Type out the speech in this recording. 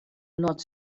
nord